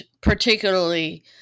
particularly